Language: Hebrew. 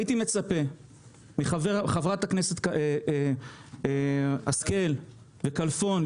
הייתי מצפה מחברת הכנסת השכל וחבר הכנסת כלפון,